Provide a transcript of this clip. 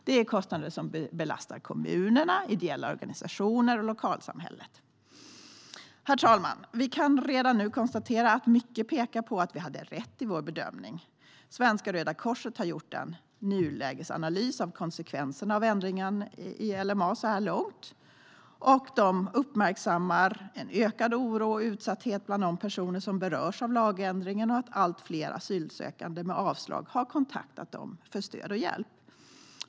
Det är kostnader som belastar kommunerna, ideella organisationer och lokalsamhället. Herr talman! Vi kan redan nu konstatera att mycket pekar på att vi hade rätt i vår bedömning. Svenska Röda Korset har gjort en nulägesanalys av konsekvenserna av ändringen i LMA så här långt. Man uppmärksammar ökad oro och utsatthet bland de personer som berörs av lagändringen och att allt fler asylsökande med avslag har kontaktat Röda Korset för att få stöd och hjälp.